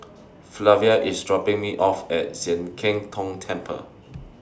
Flavia IS dropping Me off At Sian Keng Tong Temple